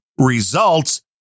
results